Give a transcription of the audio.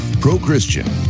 pro-Christian